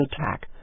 attack